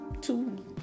two